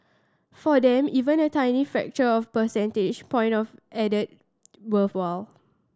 for them even a tiny fraction of a percentage point of added worthwhile